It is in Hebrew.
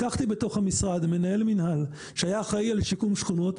לקחתי בתוך המשרד מנהל מינהל שהיה אחראי על שיקום שכונות,